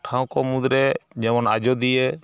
ᱴᱷᱟᱶ ᱠᱚ ᱢᱩᱫᱽᱨᱮ ᱡᱮᱢᱚᱱ ᱟᱡᱚᱫᱤᱭᱟᱹ